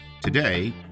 Today